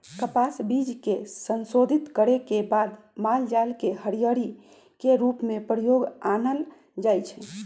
कपास बीज के संशोधित करे के बाद मालजाल के हरियरी के रूप में प्रयोग में आनल जाइ छइ